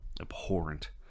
abhorrent